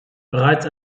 bereits